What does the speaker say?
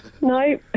No